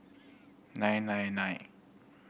nine nine nine